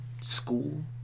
school